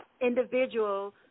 individual